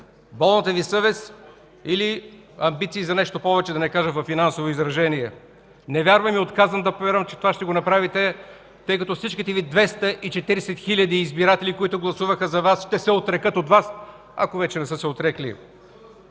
Болната Ви съвест или амбиции за нещо повече, да не кажа във финансово изражение? Не вярвам и отказвам да повярвам, че това ще го направите, тъй като всичките Ви 240 хиляди избиратели, които гласуваха за Вас, ще се отрекат от Вас, ако вече не са отрекли.